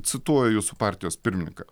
cituoju jūsų partijos pirmininką